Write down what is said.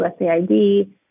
USAID